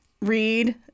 read